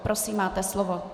Prosím, máte slovo.